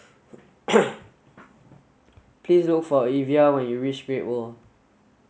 nine hundred and sixty two thousand and seventy five